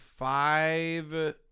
Five